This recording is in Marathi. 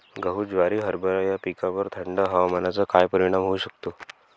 गहू, ज्वारी, हरभरा या पिकांवर थंड हवामानाचा काय परिणाम होऊ शकतो?